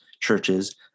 churches